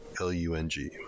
L-U-N-G